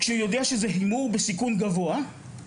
כשהוא יודע שזה הימור בסיכון גבוה.